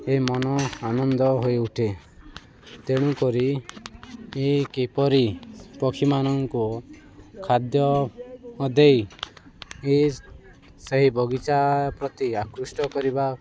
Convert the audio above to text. ଏ ମନ ଆନନ୍ଦ ହୋଇ ଉଠେ ତେଣୁ କରି ଏ କିପରି ପକ୍ଷୀମାନଙ୍କୁ ଖାଦ୍ୟ ଦେଇ ସେହି ବଗିଚା ପ୍ରତି ଆକୃଷ୍ଟ କରିବା